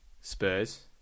Spurs